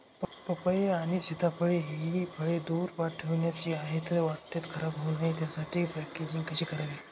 पपई आणि सीताफळ हि फळे दूर ठिकाणी पाठवायची आहेत, वाटेत ति खराब होऊ नये यासाठी पॅकेजिंग कसे करावे?